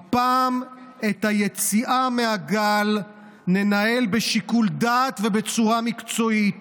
הפעם את היציאה מהגל ננהל בשיקול דעת ובצורה מקצועית.